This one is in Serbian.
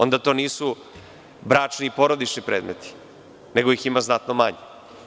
Onda to nisu bračni i porodični predmeti, nego ih ima znatno manje.